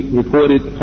reported